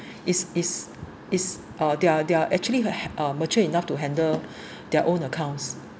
is is is uh they're they're actually uh mature enough to handle their own accounts